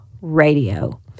radio